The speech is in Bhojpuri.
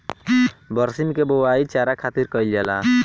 बरसीम के बोआई चारा खातिर कईल जाला